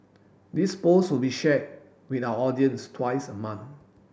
this post will be shared with our audience twice a month